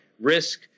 risk